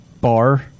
bar